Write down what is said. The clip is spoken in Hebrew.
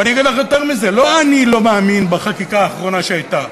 ואני אגיד לך יותר מזה: לא אני לא מאמין בחקיקה האחרונה שהייתה,